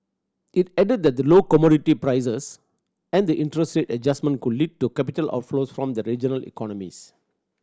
it added that the low commodity prices and the interest rate adjustment could lead to capital outflows from regional economies